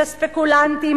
את הספקולנטים,